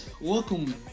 Welcome